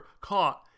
caught